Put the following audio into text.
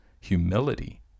humility